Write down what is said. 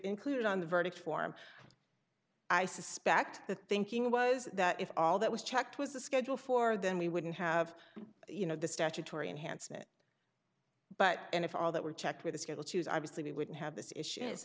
included on the verdict form i suspect the thinking was that if all that was checked was the schedule for then we wouldn't have you know the statutory enhancement but and if all that were checked with the school choose obviously we wouldn't have this issue it's